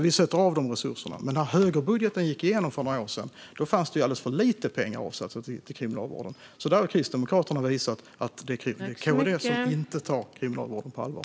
Vi sätter alltså av resurser, men när högerbudgeten gick igenom för några år sedan fanns det alldeles för lite pengar avsatta till kriminalvården. Där har alltså Kristdemokraterna visat att det är de som inte tar kriminalvården på allvar.